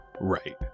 Right